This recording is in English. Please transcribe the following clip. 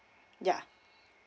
yeah